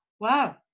Wow